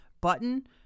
Button